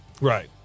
Right